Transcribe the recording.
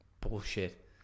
bullshit